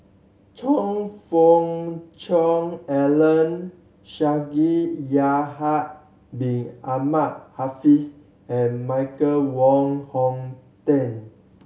Choe Fook Cheong Alan Shaikh Yahya Bin Ahmed Afifi and Michael Wong Hong Teng